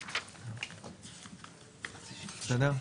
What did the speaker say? בסדר?